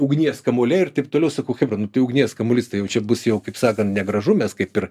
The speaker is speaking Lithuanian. ugnies kamuoliai irtaip toliau sakau chebra nu tai ugnies kamuolys tai jau čia bus jau kaip sakant negražu mes kaip ir